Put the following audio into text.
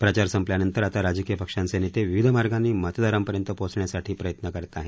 प्रचार संपल्यानंतर आता राजकीय पक्षाचे नेते विविध मार्गानी मतदारांपर्यंत पोहोचण्यासाठी प्रयत्न करत आहेत